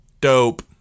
dope